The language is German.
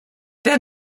der